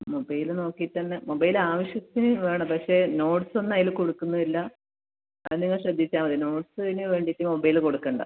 mobile നോക്കിയിട്ട് തന്നെ mobile ആവശ്യത്തിന് വേണം പക്ഷെ നോട്ട്സ് ഒന്നും അതിൽ കൊടുക്കുന്നും ഇല്ല അത് എല്ലാം നിങ്ങൾ ശ്രദ്ധിച്ചാൽ മതി നോട്ട്സിന് വേണ്ടിയിട്ട് മൊബൈല് കൊടുക്കണ്ട